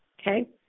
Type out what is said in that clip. Okay